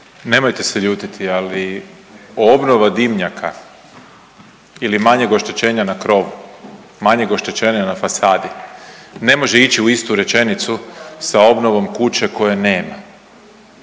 Nemojte se ljutiti, ali obnova dimnjaka ili manjeg oštećenja na krovu, manjeg oštećenja na fasadi ne može ići u istu rečenicu sa obnovom kuće koje nema.